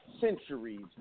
centuries